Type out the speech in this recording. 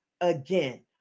again